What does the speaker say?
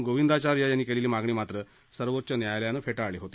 गोवींदचार्य यांनी केलेली मागणी मात्र सर्वोच्च न्यायालयानं फेटाळली होती